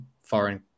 foreign